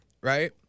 right